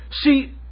See